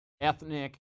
ethnic